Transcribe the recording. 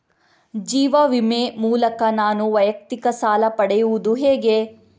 ಜೀವ ವಿಮೆ ಮೂಲಕ ನಾನು ವೈಯಕ್ತಿಕ ಸಾಲ ಪಡೆಯುದು ಹೇಗೆ?